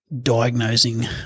diagnosing